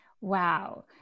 Wow